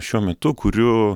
šiuo metu kuriu